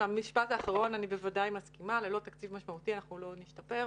למשפט האחרון אני בוודאי מסכימה ללא תקציב משמעותי אנחנו לא נשתפר,